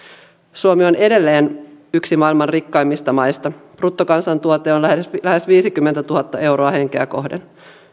suomi on edelleen yksi maailman rikkaimmista maista bruttokansantuote on lähes viisikymmentätuhatta euroa henkeä kohden